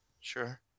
Sure